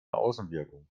außenwirkung